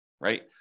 right